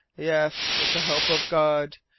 yes with the help of god!